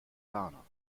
ghana